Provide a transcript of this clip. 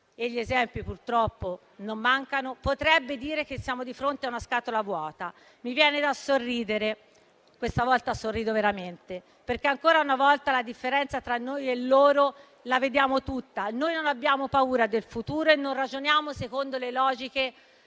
(e gli esempi purtroppo non mancano) potrebbe dire che siamo di fronte a una scatola vuota. Mi viene da sorridere (questa volta sorrido veramente), perché ancora una volta la differenza tra noi e loro la vediamo tutta: noi non abbiamo paura del futuro e non ragioniamo secondo logiche